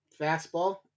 Fastball